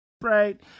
right